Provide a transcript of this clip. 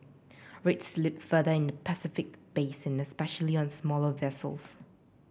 rates slipped further in the Pacific basin especially on smaller vessels